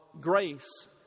grace